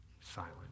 silent